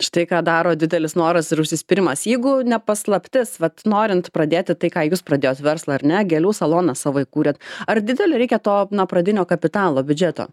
štai ką daro didelis noras ir užsispyrimas jeigu ne paslaptis vat norint pradėti tai ką jūs pradėjot verslą ar net gėlių saloną savo įkūrėt ar didelį reikia to pradinio kapitalo biudžeto